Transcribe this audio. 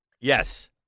Yes